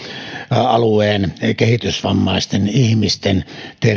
alueen kehitysvammaisten ihmisten